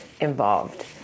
involved